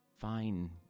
fine